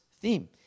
theme